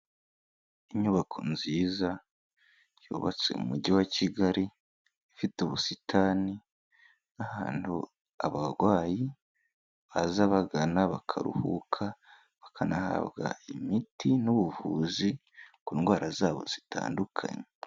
Inyubako nziza yubatse mu mujyi wa Kigali, ifite ubusitani ni ahantu abarwayi baza bagana bakaruhuka, bakanahabwa imiti n'ubuvuzi ku ndwara zabo zitandukanye.